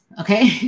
okay